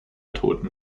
toten